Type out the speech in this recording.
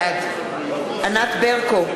בעד ענת ברקו,